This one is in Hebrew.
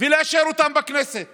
ולאשר אותם בכנסת